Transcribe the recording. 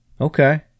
okay